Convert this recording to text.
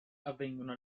avvengono